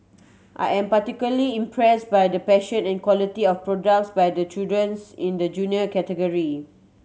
I am particularly impressed by the passion and quality of projects by the children in the Junior category